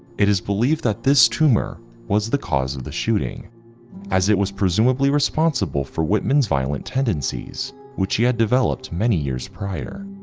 it is believed that this tumor was the cause of the shooting as it was presumably responsible for whitman's violent tendencies which he had developed many years prior.